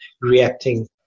reacting